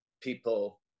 people